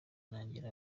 nagira